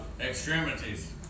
extremities